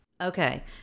okay